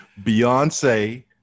Beyonce